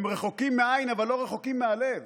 הם רחוקים מעין, אבל לא רחוקים מהלב.